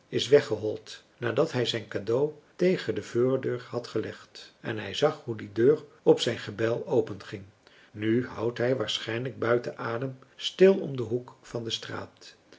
is weggehold nadat hij zijn cadeau tegen de voordeur had gelegd en hij zag hoe die deur op zijn gebel openging nu houdt hij waarschijnlijk buiten adem stil om den hoek van de straat